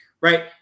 Right